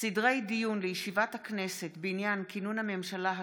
חבר הכנסת בנימין גנץ,